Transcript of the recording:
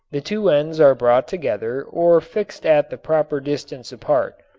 the two ends are brought together or fixed at the proper distance apart.